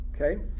Okay